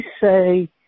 say